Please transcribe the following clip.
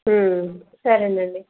సరేనండి